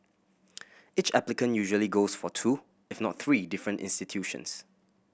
each applicant usually goes for two if not three different institutions